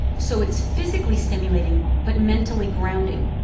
so it's physically stimulating but mentally grounding.